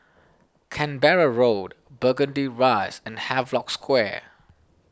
Canberra Road Burgundy Rise and Havelock Square